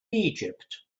egypt